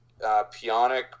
Pionic